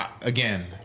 Again